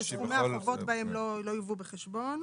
וסכומי החובות בהם לא יובאו בחשבון.